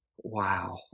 wow